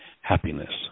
happiness